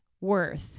worth